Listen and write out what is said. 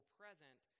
present